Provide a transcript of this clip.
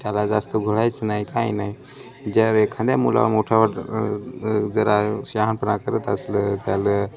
त्याला जास्त घोळायचं नाही काय नाही ज्यार एखाद्या मुलावर मोठावर जरा शहाणपणा करत असलं त्याला